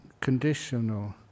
conditional